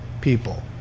people